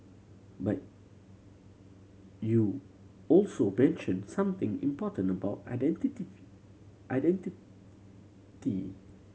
but you also mentioned something important about identity